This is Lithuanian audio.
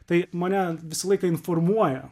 tai mane visą laiką informuoja